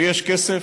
ויש כסף,